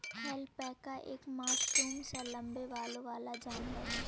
alpaca एक मासूम सा लम्बे बालों वाला जानवर है